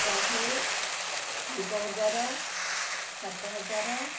ଶହେ ପାଞ୍ଚ ହଜାର ସାତ ହଜାର